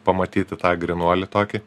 pamatyti tą grynuolį tokį